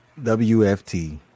WFT